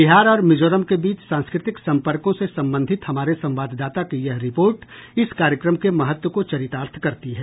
बिहार और मिजोरम के बीच सांस्कृतिक संपर्कों से संबंधित हमारे संवाददाता की यह रिपोर्ट इस कार्यक्रम के महत्व को चरितार्थ करती है